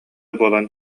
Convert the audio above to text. буолан